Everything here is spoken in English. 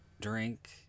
drink